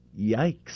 Yikes